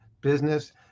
business